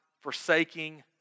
forsaking